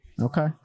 okay